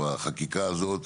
החקיקה הזאת,